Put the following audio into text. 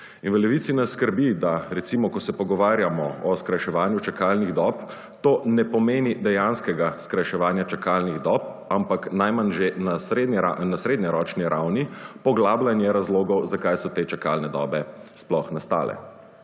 In v Levici nas skrbi, da, recimo, ko se pogovarjamo o skrajševanju čakalnih dob, to ne pomeni dejanskega skrajševanja čakalnih dob, ampak najmanj že na srednjeročni ravni poglabljanje razlogov, zakaj so te čakalne dobe sploh nastale.